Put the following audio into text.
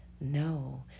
no